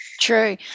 true